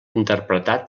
interpretat